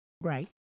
Right